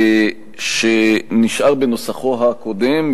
שנשאר בנוסחו הקודם,